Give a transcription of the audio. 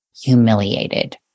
humiliated